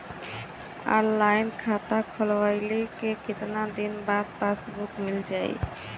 Online खाता खोलवईले के कितना दिन बाद पासबुक मील जाई?